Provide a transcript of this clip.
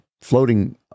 floating